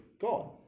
God